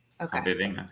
Okay